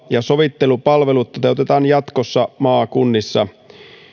ja sovittelupalvelut toteutetaan jatkossa maakunnissa